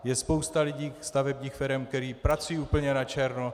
Je spousta lidí, stavebních firem, které pracují úplně načerno.